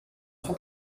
sua